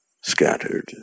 Scattered